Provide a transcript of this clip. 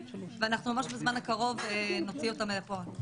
ואנחנו ממש בזמן הקרוב נוציא אותם אל הפועל.